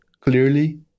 clearly